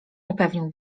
upewnił